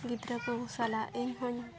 ᱜᱤᱫᱽᱨᱟᱹ ᱠᱚ ᱥᱟᱞᱟᱜ ᱤᱧᱦᱚᱧ